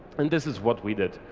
and this is what we did.